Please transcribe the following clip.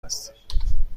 هستیم